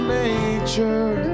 nature